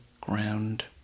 ground